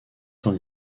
sans